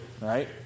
right